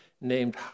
named